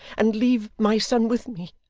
and leave my son with me.